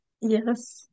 Yes